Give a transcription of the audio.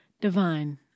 divine